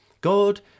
God